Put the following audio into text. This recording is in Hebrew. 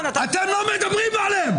אתם לא מדברים עליהם.